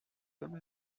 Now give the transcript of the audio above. comme